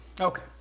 Okay